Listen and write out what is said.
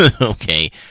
okay